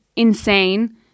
insane